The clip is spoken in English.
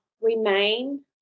remain